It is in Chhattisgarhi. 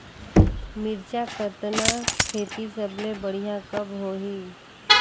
मिरचा कतना खेती सबले बढ़िया कब होही?